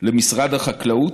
למשרד החקלאות,